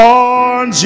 on